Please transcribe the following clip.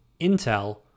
Intel